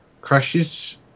crashes